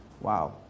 Wow